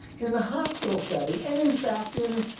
in the hospital setting, and, in fact, in